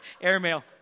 Airmail